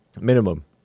Minimum